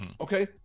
okay